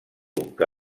que